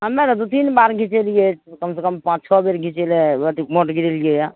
हमे तऽ दू तीन बार घिचेलियै कमसँ कम पाँच छओ बेर घिचे अथी भोंट गिरेलियै यऽ